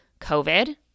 COVID